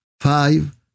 five